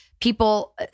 people